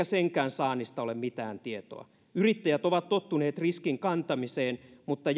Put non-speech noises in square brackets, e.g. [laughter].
[unintelligible] senkään saannista ole mitään tietoa yrittäjät ovat tottuneet riskin kantamiseen mutta [unintelligible]